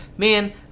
Man